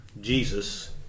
Jesus